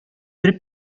бер